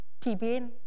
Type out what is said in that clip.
TBN